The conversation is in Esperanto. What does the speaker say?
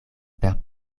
per